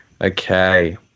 Okay